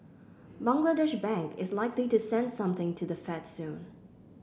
Bangladesh Bank is likely to send something to the Fed soon